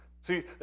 See